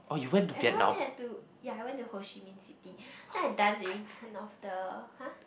everyone had to ya I went to Ho-Chi-Minh City then I dance in front of the !huh!